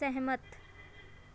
ਸਹਿਮਤ